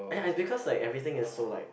ya it's because like everything is so like